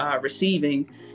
Receiving